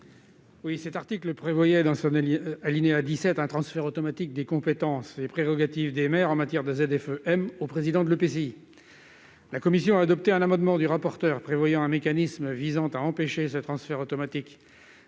Cet article prévoyait, dans son alinéa 17, un transfert automatique des compétences et prérogatives des maires en matière de ZFE-m au président de l'EPCI. La commission a adopté un amendement du rapporteur prévoyant un mécanisme visant à empêcher le transfert automatique